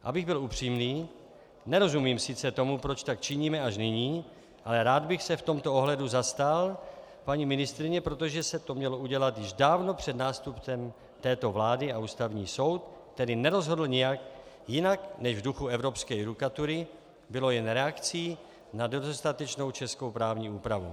Abych byl upřímný, nerozumím sice tomu, proč tak činíme až nyní, ale rád bych se v tomto ohledu zastal paní ministryně, protože se to mělo udělat již dávno před nástupem této vlády, a Ústavní soud tedy nerozhodl nijak jinak než v duchu evropské judikatury, bylo to jen reakcí na nedostatečnou českou právní úpravu.